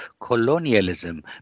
colonialism